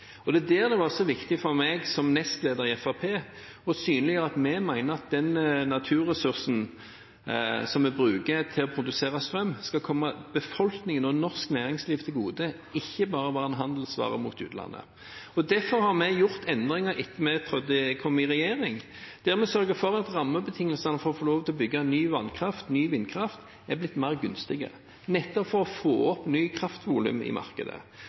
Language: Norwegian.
Og det er der det var så viktig for meg som nestleder i Fremskrittspartiet å synliggjøre at vi mener at den naturressursen vi bruker til å produsere strøm, skal komme befolkningen og norsk næringsliv til gode, og ikke bare være en handelsvare mot utlandet. Derfor har vi gjort endringer etter at vi kom i regjering. Vi har sørget for at rammebetingelsene for å få lov til å bygge ny vannkraft og ny vindkraft har blitt gunstigere, nettopp for å få opp nytt kraftvolum i markedet.